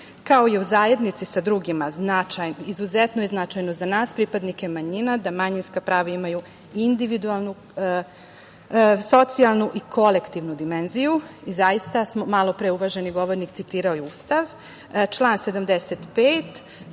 kao i u zajednici sa drugima. Izuzetno je značajno za nas, pripadnike manjina, da manjinska prava imaju individualnu, socijalnu i kolektivnu dimenziju. Malo pre je uvaženi govornik citirao Ustav, član 75.